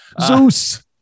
zeus